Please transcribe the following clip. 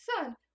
Son